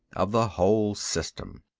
of the whole system.